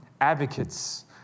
advocates